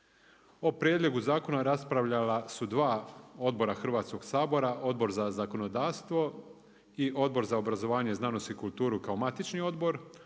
O prijedlogu zakona raspravljala su dva odbora Hrvatskog sabora, Odbor za zakonodavstvo i Odbor za obrazovanje, znanosti i kulturu kao matični odbor,